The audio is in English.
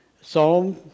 Psalm